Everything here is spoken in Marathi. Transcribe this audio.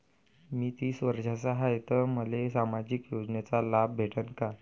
मी तीस वर्षाचा हाय तर मले सामाजिक योजनेचा लाभ भेटन का?